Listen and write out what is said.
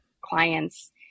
clients